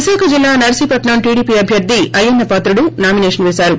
విశాఖ జిల్లా నర్సీపట్నం టీడిపీ అభ్యర్థి అయ్యన్న పాత్రుడు నామినేషన్ పేశారు